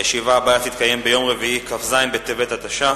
הישיבה הבאה תתקיים ביום רביעי, כ"ז בטבת התש"ע,